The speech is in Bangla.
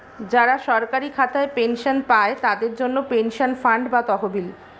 যারা সরকারি খাতায় পেনশন পায়, তাদের জন্যে পেনশন ফান্ড বা তহবিল